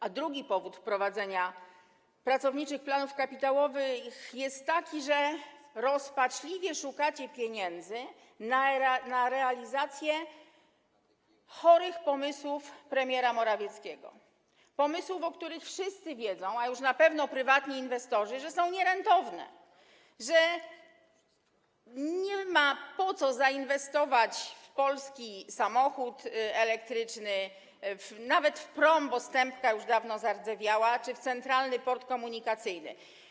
A drugi powód wprowadzenia pracowniczych planów kapitałowych jest taki, że rozpaczliwie szukacie pieniędzy na realizację chorych pomysłów premiera Morawieckiego, pomysłów, o których wszyscy wiedzą, a już na pewno prywatni inwestorzy, że są nierentowne, bo nie ma po co inwestować w polski samochód elektryczny, nawet w prom, bo stępka już dawno zardzewiała, czy w Centralny Port Komunikacyjny.